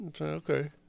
Okay